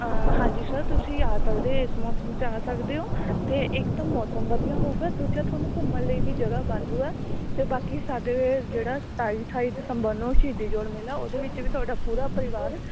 ਹਾਂਜੀ ਸਰ ਤੁਸੀਂ ਆ ਸਕਦੇ ਇਸ ਮੌਸਮ 'ਚ ਆ ਸਕਦੇ ਹੋ ਅਤੇ ਇੱਕ ਤਾਂ ਮੌਸਮ ਵਧੀਆ ਹੋਵੇਗਾ ਦੂਜਾ ਤੁਹਾਨੂੰ ਘੁੰਮਣ ਲਈ ਵੀ ਜਗ੍ਹਾ ਵਾਧੂ ਆ ਅਤੇ ਬਾਕੀ ਸਾਡੇ ਜਿਹੜਾ ਸਤਾਈ ਅਠਾਈ ਦਸੰਬਰ ਨੂੰ ਸ਼ਹੀਦੀ ਜੋੜ ਮੇਲਾ ਉਹਦੇ ਵਿੱਚ ਵੀ ਤੁਹਾਡਾ ਪੂਰਾ ਪਰਿਵਾਰ